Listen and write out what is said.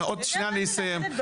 עוד שניה אני אסיים.